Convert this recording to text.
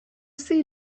sea